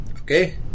Okay